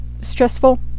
stressful